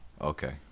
Okay